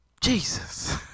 Jesus